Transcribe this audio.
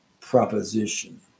proposition